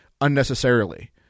unnecessarily